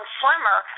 swimmer